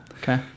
Okay